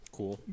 cool